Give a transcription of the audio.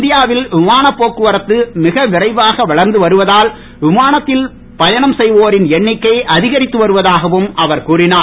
இந்தியாவில் விமானப் போக்குவரத்து மிக விரைவாக வளர்ந்து வருவதால் விமானத்தில் பயனம் செய்வோரின் எண்ணிக்கை அதிகரித்து வருவதாகவும் அவர் கூறினார்